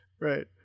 Right